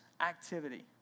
activity